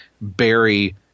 Barry